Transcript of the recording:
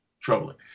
troubling